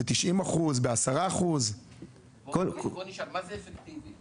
בוא נשאל מה זה אפקטיבי.